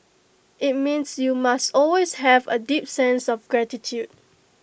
IT means you must always have A deep sense of gratitude